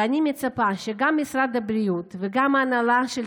ואני מצפה שגם משרד הבריאות וגם ההנהלה של